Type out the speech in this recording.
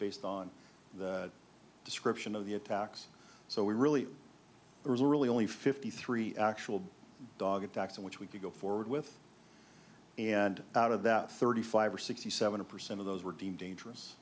based on the description of the attacks so we really really only fifty three actual dog attacks in which we could go forward with and out of that thirty five or sixty seventy percent of those were deemed dangerous